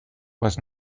was